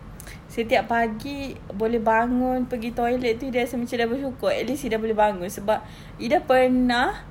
setiap pagi boleh bangun pergi toilet itu ida rasa macam sudah bersyukur at least ida boleh bangun sebab ida pernah